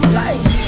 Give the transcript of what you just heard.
life